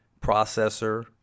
processor